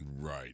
right